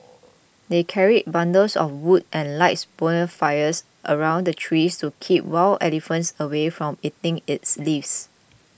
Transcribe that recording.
they carried bundles of wood and light bonfires around the tree to keep wild elephants away from eating its leaves